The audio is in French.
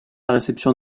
réception